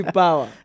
power